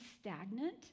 stagnant